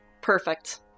Perfect